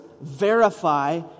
verify